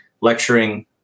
lecturing